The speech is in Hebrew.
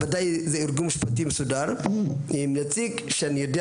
ודאי זה ארגון משפטי מסודר עם נציג שאני יודע